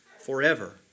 forever